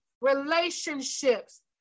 relationships